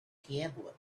tablet